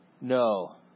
No